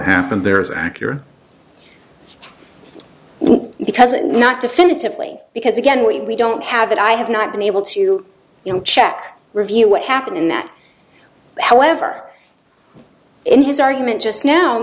happened there is accurate because it not definitively because again we don't have that i have not been able to you know check review what happened in that however in his argument just now